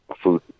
food